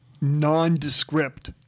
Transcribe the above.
nondescript